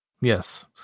Yes